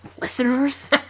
Listeners